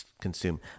consume